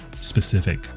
specific